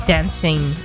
Dancing